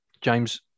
James